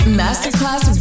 masterclass